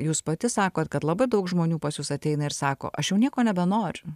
jūs pati sakot kad labai daug žmonių pas jus ateina ir sako aš jau nieko nebenoriu